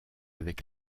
avec